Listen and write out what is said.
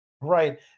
Right